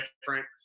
different